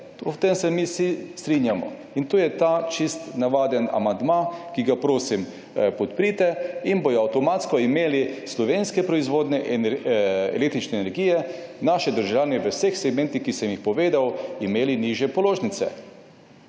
S tem se mi vsi strinjamo. In to je ta amandma, ki ga, prosim, podprite in bodo avtomatsko imeli slovenske proizvode električne energije naši državljani v vseh segmentih, ki sem jih povedal, in nižje položnice.